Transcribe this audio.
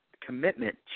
commitment